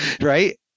right